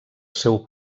seu